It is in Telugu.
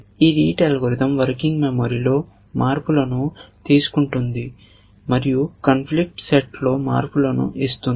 ఈ RETE అల్గోరిథం వర్కింగ్ మెమరీలో మార్పులను తీసుకుంటుంది మరియు కాన్ఫ్లిక్ట్ సెట్ లో మార్పులను ఇస్తుంది